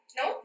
no